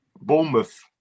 Bournemouth